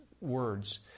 Words